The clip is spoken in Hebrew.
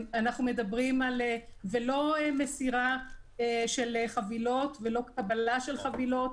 ולא מסירה של חבילות ולא קבלה של חבילות,